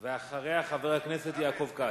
ואחריה, חבר הכנסת יעקב כץ.